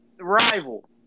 rival